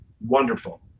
wonderful